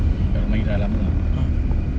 kat rumah ira lama eh